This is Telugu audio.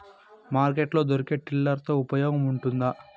మార్కెట్ లో దొరికే టిల్లర్ తో ఉపయోగం ఉంటుందా?